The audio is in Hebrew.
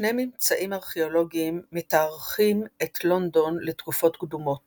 שני ממצאים ארכאולוגיים מתארכים את לונדון לתקופות קדומות